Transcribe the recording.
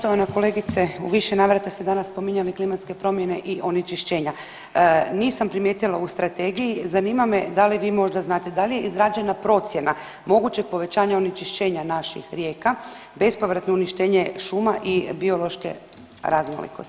Poštovana kolegice, u više navrata ste danas spominjali klimatske promjene i onečišćenja, nisam primijetila u strategiji zanima me da li vi možda znate da li je izrađena procjena mogućeg povećanja onečišćenja naših rijeka, bespovratno uništenje šuma i biološke raznolikosti?